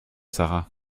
sara